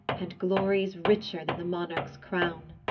and glories richer than the monarch's crown.